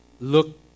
Look